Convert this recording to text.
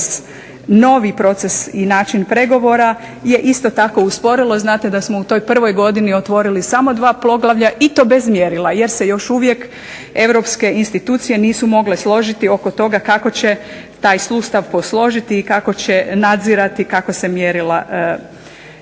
novi proces i način pregovora je isto tako usporilo. Znate da smo u toj prvoj godini otvorili samo dva poglavlja i to bez mjerila jer se još uvijek europske institucije nisu mogle složiti oko toga kako će taj sustav posložiti i kako će nadzirati kako se mjerila ispunjavaju.